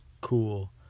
cool